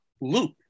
Loop